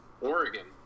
Oregon